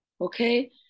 okay